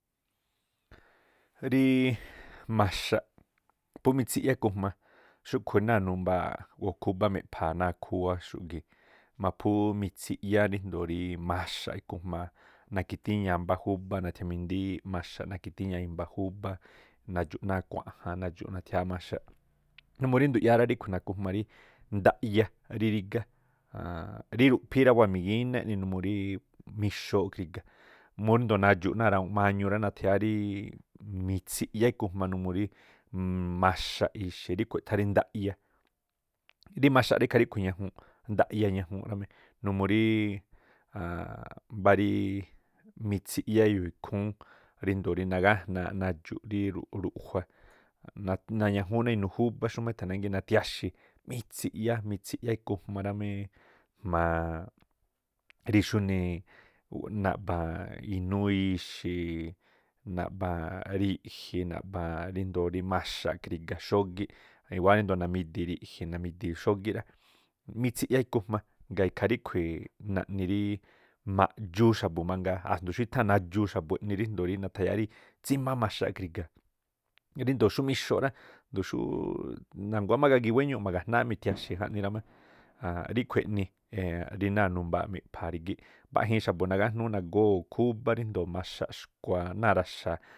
Rííꞌ maxaꞌ pú mitsi̱ꞌyá ikhujma xúkhui̱ náa̱ numbaaꞌ o̱ khúbá meꞌpha̱a̱ náa̱ khúwáxu̱ gii̱. Maphú mitsi̱ꞌyá ríjndo̱o rí maxaꞌ ikujama naki̱tíñaa̱ mbá khúbá nathiamindíí maxaꞌ, naki̱tíña̱a i̱mba̱ júbá nadxu̱ꞌ náa̱ khuaꞌja̱n nadxu̱ꞌ nathiáá maxaꞌ, numuu rí nduꞌyáá rá ríꞌkhui̱ nakujma rí ndaꞌya rí rígá. Rí ruꞌphíí rá wáa̱ migíná eꞌni numuu rí mixooꞌ kri̱ga̱, ndoo̱ nadxu̱ꞌ náa̱ rawuunꞌ mañu rá nathiáá rííꞌ mitsi̱ꞌyá ikujma numuu rí maxaꞌ ixi̱ ríꞌkhui̱ eꞌthá rí ndaꞌya, rí maxa ikhaa ríꞌkhui̱ ñajuunꞌ ndaꞌya ñajuunꞌ rámí, numuu rííꞌ mbá rí mitsiꞌyá e̱yo̱o̱ ikhúún ríndo̱o rí nagájnaaꞌ nadxu̱ rí ruꞌ- ruꞌjua̱- nañajúún náa̱ inuu júbá xúmá e̱tha̱ nángii̱, nathiaxi̱ mitsi̱ꞌyá mitsi̱ꞌyá ikhujma raméé jma̱a rí xúnee naꞌba̱a̱n inúú ixi̱, naꞌba̱a̱n ri̱ꞌji̱, naꞌba̱a̱n ríndo̱o rí maxaꞌ khriga̱ xógíꞌ. I̱wáá ríndoo̱ nami̱di̱ ri̱ꞌji̱, nami̱di̱ xógí rá, mitsiꞌyá ikujma gaa̱ ikhaa ríꞌkhui̱ naꞌni rí ma̱dxuu xa̱bu̱ mangaa a̱jndo̱o xú i̱tháa̱n nadxuu xa̱bu̱ eꞌni rijndoo̱ rí nathayáá rí tsímáá maxaꞌ kri̱ga̱, ríndoo̱ xú mixooꞌ rá, jndo̱o xúúúꞌ na̱nguá má gagi wéñuuꞌ magajnááꞌ mithia̱xi̱ jaꞌnii ra me ajanꞌ, riꞌkhui̱ eꞌni rí náa̱ numbaaꞌ miꞌpha̱a̱ rígíꞌ. Mbaꞌjiin xa̱bu̱ nagájnúu̱ nagóo̱ júbán ríjndoo̱ maxaꞌ xkua̱ náa̱ raxa̱.